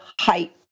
height